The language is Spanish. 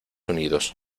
unidos